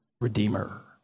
Redeemer